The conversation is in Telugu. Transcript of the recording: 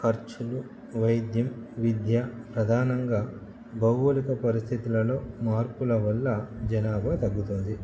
ఖర్చులు వైద్యం విద్య ప్రధానంగా భౌగోళిక పరిస్థితులలో మార్పుల వల్ల జనాభా తగ్గుతుంది